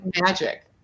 magic